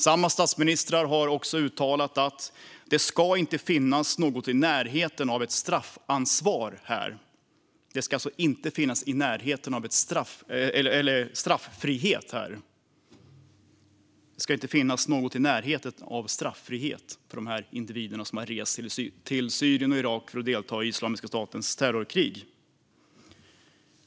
Samma statsministrar har uttalat att det inte ska finnas något i närheten av en straffrihet för de individer som rest till Syrien och Irak för att delta i Islamiska statens terrorkrig.